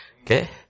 Okay